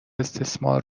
استثمار